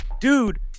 dude